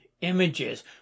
images